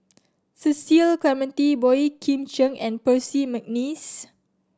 Cecil Clementi Boey Kim Cheng and Percy McNeice